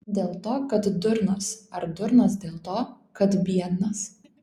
dėl to kad durnas ar durnas dėl to kad biednas